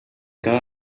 cada